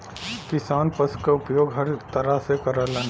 किसान पसु क उपयोग हर तरह से करलन